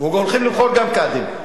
והולכים לבחור גם קאדים.